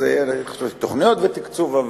תוכניות ותקצוב.